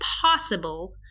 possible